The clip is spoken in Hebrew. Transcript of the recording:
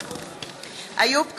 נגד איוב קרא,